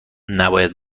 نباید